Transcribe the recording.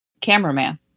cameraman